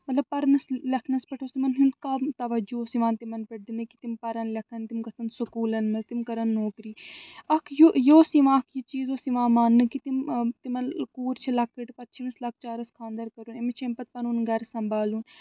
مطلب پرنس لٮ۪کھنس پٮ۪ٹھ اوس تِمن ہُنٛد کَم توجوٗ اوس یِوان تِمن پٮ۪ٹھ دِنہٕ کہِ تِم پرن لٮ۪کھن تِم گَژھن سُکوٗلن منٛز تِم کَرَن نوکری اکھ یہِ یہِ اوس یِوان اکھ یہِ چیٖز اوس یِوان ماننہٕ کہِ تِم تِمن کوٗر چھِ لۄکٕٹ پتہٕ چھِ أمِس لۄکچارس خانٛدر کَرُن أمِس چھِ اَمہِ پتہٕ پنُن گَرٕ سنبھالُن